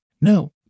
no